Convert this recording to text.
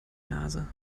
nase